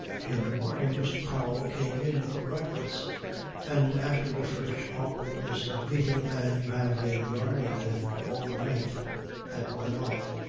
in the morning mr. powell came in for breakfast and after the first awkwardness of meeting a man you have been yarning with over night had worn off,